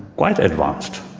quite advanced.